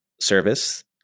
service